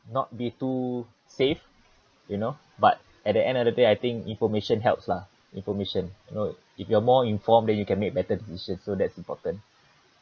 not be too safe you know but at the end of the day I think information helps lah information you know if you're more inform then you can make better decisions so that's important